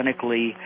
clinically